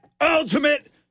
ultimate